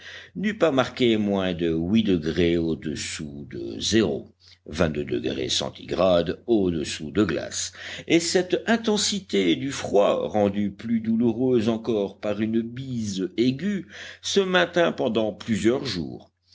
n'eût pas marqué moins de huit degrés au-dessous de zéro fa et cette intensité du froid rendue plus douloureuse encore par une bise aiguë se maintint pendant plusieurs jours